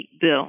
bill